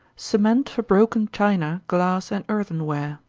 cement for broken china, glass, and earthenware.